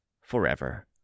forever